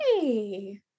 Hey